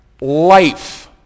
life